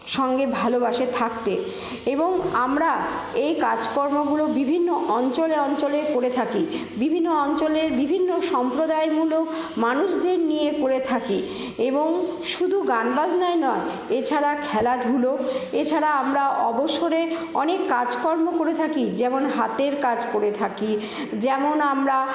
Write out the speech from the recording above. সঙ্গে ভালোবাসে থাকতে এবং আমরা এই কাজকর্মগুলো বিভিন্ন অঞ্চলে অঞ্চলে করে থাকি বিভিন্ন অঞ্চলের বিভিন্ন সম্প্রদায়মূলক মানুষদের নিয়ে করে থাকি এবং শুধু গান বাজনাই নয় এছাড়া খেলাধুলো এছাড়া আমরা অবসরে অনেক কাজকর্ম করে থাকি যেমন হাতের কাজ করে থাকি যেমন আমরা